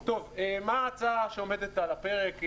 מה ההצעה שעומדת על הפרק?